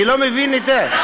אני לא מבין את זה.